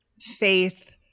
Faith